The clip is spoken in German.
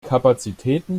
kapazitäten